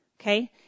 Okay